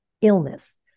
illness